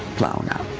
blown up.